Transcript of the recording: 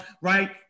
right